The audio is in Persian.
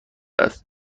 است